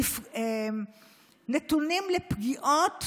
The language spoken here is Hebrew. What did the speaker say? נתונים לפגיעות